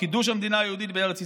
חידוש המדינה היהודית בארץ ישראל.